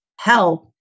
help